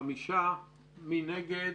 מי נגד?